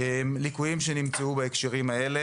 ליקויים שנמצאו בהקשרים האלה: